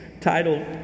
titled